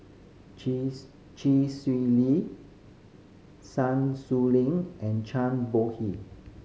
Chee Swee Lee Sun Xueling and Zhang Bohe